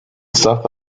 south